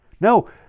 No